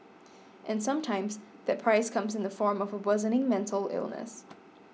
and sometimes that price comes in the form of a worsening mental illness